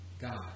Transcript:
God